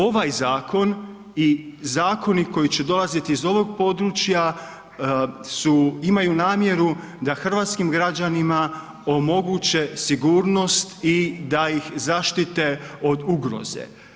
Ovaj zakon i zakoni koji će dolazit iz ovog područja su, imaju namjeru da hrvatskim građanima omoguće sigurnost i da ih zaštite od ugroze.